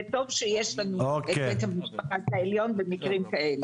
וטוב שיש לנו את בית המשפט העליון במקרים כאלה.